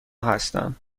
هستم